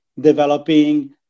developing